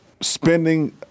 spending